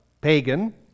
pagan